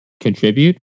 contribute